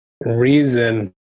reason